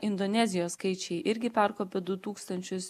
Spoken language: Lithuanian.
indonezijos skaičiai irgi perkopė du tūkstančius